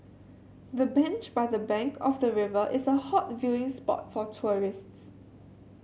the bench by the bank of the river is a hot viewing spot for tourists